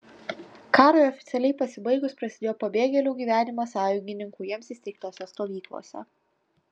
karui oficialiai pasibaigus prasidėjo pabėgėlių gyvenimas sąjungininkų jiems įsteigtose stovyklose